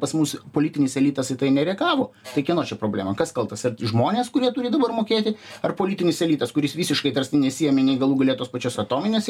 pas mus politinis elitas į tai nereagavo tai kieno čia problema kas kaltas ar žmonės kurie turi dabar mokėti ar politinis elitas kuris visiškai nesiėmė nei galų gale tos pačios atominės